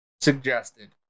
suggested